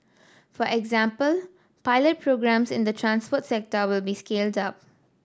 for example pilot programmes in the transport sector will be scaled up